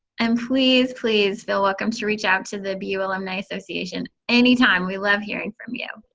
um please, please feel welcome to reach out to the bu alumni association anytime. we love hearing from you.